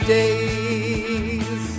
days